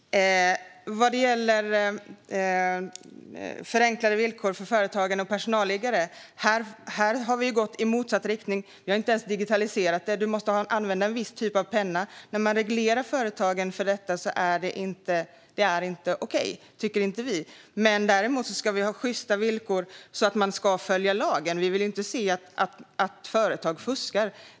Fru talman! Vad gäller förenklade villkor för företagarna och personalliggare har vi gått i motsatt riktning. Det är inte ens digitaliserat, utan det är en viss typ av penna som måste användas. När man reglerar detta för företagen tycker inte vi att det är okej. Däremot ska vi ha sjysta villkor så att företagen följer lagen. Vi vill inte se att företag fuskar.